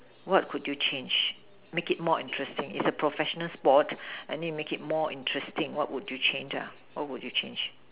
what could you change make it more interesting it's a professional sport and then you make it more interesting what could you change lah what would you change